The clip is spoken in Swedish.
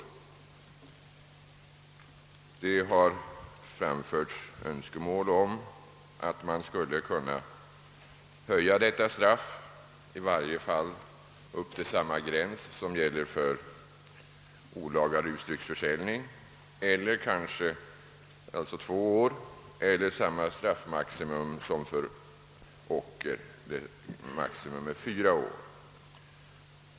Önskemål har framförts om att detta straff skulle höjas i varje fall upp till samma gräns som gäller för olaga rusdrycksförsäljning — d.v.s. två år — eller till samma straffmaximum som gäller för ocker, nämligen fyra år.